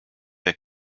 der